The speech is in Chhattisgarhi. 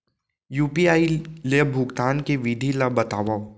यू.पी.आई ले भुगतान के विधि ला बतावव